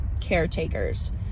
caretakers